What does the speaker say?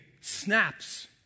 snaps